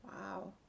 Wow